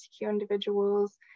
individuals